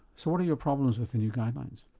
so what are your problems with the new guidelines?